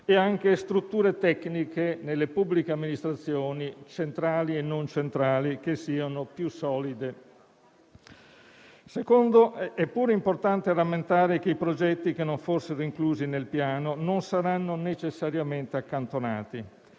e anche strutture tecniche, nelle pubbliche amministrazioni, centrali e non centrali, che siano più solide. Seconda osservazione. È importante rammentare che i progetti che non fossero inclusi nel Piano non saranno necessariamente accantonati.